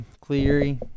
Cleary